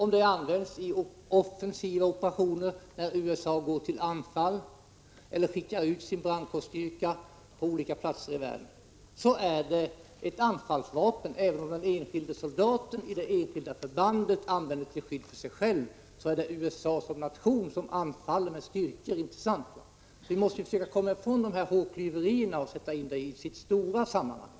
Men världen, då är det ett anfallsvapen även om den enskilde soldaten i det SR Om planerad försälj enskilda förbandet använder det för att skydda sig själv. Det är USA som SK i j ning till USA av granatnation som anfaller med styrkor, inte sant? sd gevär Vi måste försöka komma ifrån dessa hårklyverier och sätta in saken i sitt stora sammanhang.